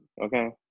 okay